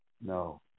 No